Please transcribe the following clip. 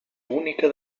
única